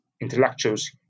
intellectuals